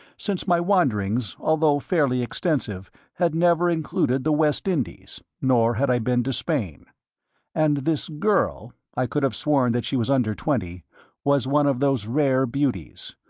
since my wanderings, although fairly extensive, had never included the west indies, nor had i been to spain and this girl i could have sworn that she was under twenty was one of those rare beauties,